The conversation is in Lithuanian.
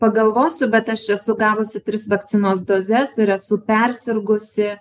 pagalvosiu bet aš esu gavusi tris vakcinos dozes ir esu persirgusi